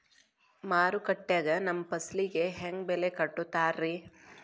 ಮಾರುಕಟ್ಟೆ ಗ ನಮ್ಮ ಫಸಲಿಗೆ ಹೆಂಗ್ ಬೆಲೆ ಕಟ್ಟುತ್ತಾರ ರಿ?